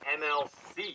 mlc